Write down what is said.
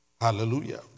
Hallelujah